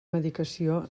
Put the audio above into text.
medicació